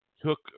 took